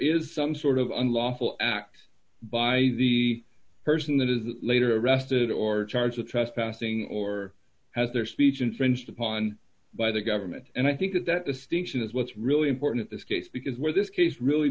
is some sort of unlawful act by the person that is later arrested or charged with trespassing or has their speech infringed upon by the government and i think that that distinction is what's really important this case because where this case really